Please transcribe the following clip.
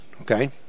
Okay